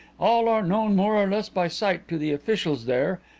all are known more or less by sight to the officials there,